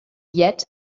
yet